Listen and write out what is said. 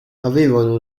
avevano